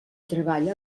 treball